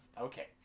Okay